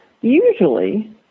Usually